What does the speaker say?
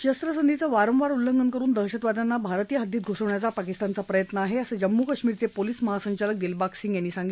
शस्त्रसंधीचं वारंवार उल्लंघन करुन दहशतवाद्यांना भारतीय हद्दीत घ्सवण्याचा पाकिस्तानचा प्रयत्न आहे असं जम्मू कश्मीरचे पोलीस महासंचालक दिलबाग सिंग यांनी सांगितलं